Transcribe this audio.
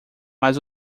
mas